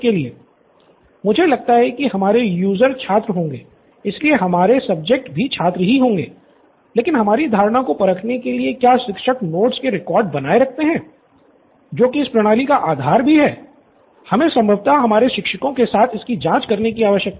student Nithin मुझे लगता है कि हमारे यूज़र भी छात्र ही होंगे लेकिन हमारी धारणा को परखने के लिए कि क्या शिक्षक नोट्स के रिकॉर्ड बनाए रखते हैं जो की इस प्रणाली का आधार भी है हमें संभवतः हमारे शिक्षकों के साथ इसकी जांच करने की आवश्यकता है